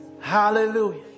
hallelujah